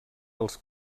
dels